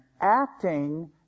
acting